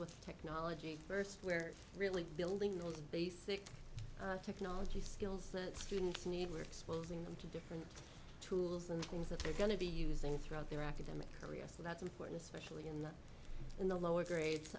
with technology first we're really building on basic technology skills that students need were exposing them to different tools and things that they're going to be using throughout their academic career so that's important especially in the in the lower